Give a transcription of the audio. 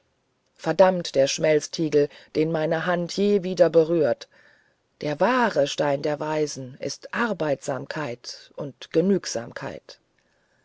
verdammt der schmelztiegel den meine hand je wieder berührt der wahre stein der weisen ist arbeitsamkeit und genügsamkeit